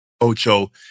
Ocho